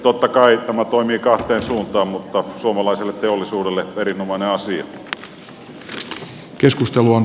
totta kai tämä toimii kahteen suuntaan mutta tämä on